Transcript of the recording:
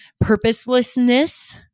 purposelessness